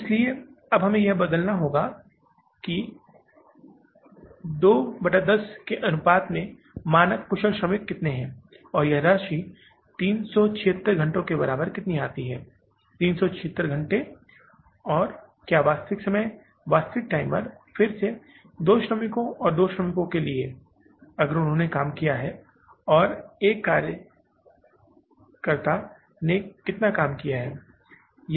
इसलिए अब हमें यह बदलना होगा कि दो बाई दस के अनुपात में मानक कुशल श्रमिक कितने हैं और यह राशि 376 घंटे के बराबर कितनी आती है 376 घंटे और क्या वास्तविक समय वास्तविक टाइमर फिर से दो श्रमिकों और दो श्रमिकों के लिए अगर उन्होंने काम किया है और एक कार्यकर्ता ने कितना काम किया है